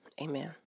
amen